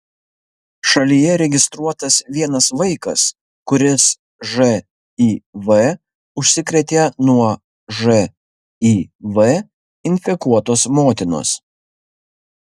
šalyje registruotas vienas vaikas kuris živ užsikrėtė nuo živ infekuotos motinos